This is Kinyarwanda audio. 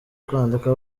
kwandika